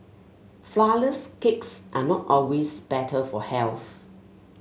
flourless cakes are not always better for health